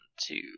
two